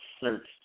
searched